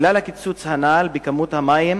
בגלל הקיצוץ הנ"ל בכמות המים,